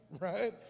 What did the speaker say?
right